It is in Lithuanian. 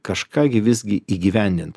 kažką gi visgi įgyvendint